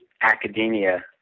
academia